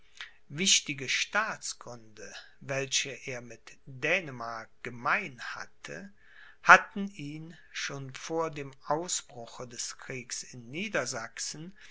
wichtige staatsgründe welche er mit dänemark gemein hatte hatten ihn schon vor dem ausbruche des kriegs in